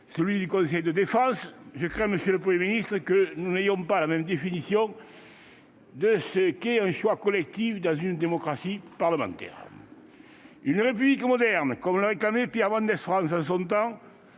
le conseil de défense ? Je crains, monsieur le Premier ministre, que nous n'ayons pas la même définition de ce qu'est un choix collectif dans une démocratie parlementaire. Une république moderne, comme la réclamait Pierre Mendès France en son temps,